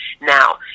Now